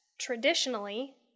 traditionally